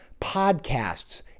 podcasts